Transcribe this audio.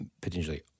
potentially